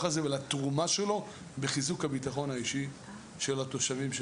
הזה ולתרומה שלו בחיזוק הבטחון האישי של התושבים.